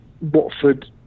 Watford